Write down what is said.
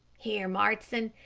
here, marston,